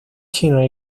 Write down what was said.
chinos